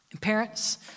parents